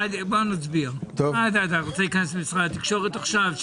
מאן דסני עלך, לחברך לא תעביד.